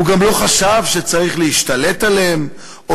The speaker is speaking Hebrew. הוא גם לא חשב שצריך להשתלט עליהם או